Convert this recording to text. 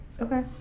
Okay